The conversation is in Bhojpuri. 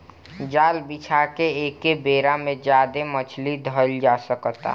जाल बिछा के एके बेरा में ज्यादे मछली धईल जा सकता